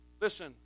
Listen